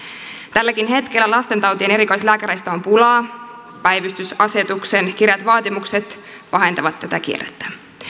tälläkin hetkellä lastentautien erikoislääkäreistä on pulaa päivystysasetuksen kireät vaatimukset pahentavat tätä kierrettä